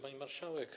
Pani Marszałek!